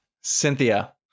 Cynthia